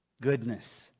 Goodness